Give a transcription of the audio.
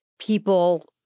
people